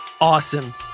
awesome